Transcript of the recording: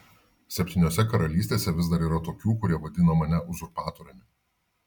septyniose karalystėse vis dar yra tokių kurie vadina mane uzurpatoriumi